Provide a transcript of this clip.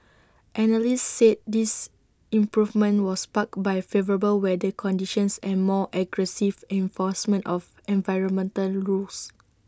analysts said this improvement was sparked by favourable weather conditions and more aggressive enforcement of environmental rules